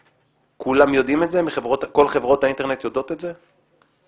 פורנוגרפי כל חברות האינטרנט יודעות את זה?